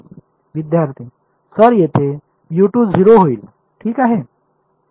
विद्यार्थी सर तेथे 0 होईल ठीक आहे